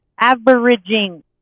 averaging